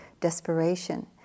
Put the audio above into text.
desperation